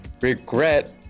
regret